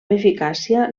eficàcia